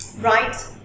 right